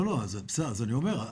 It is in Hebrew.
לא, אז אני אומר.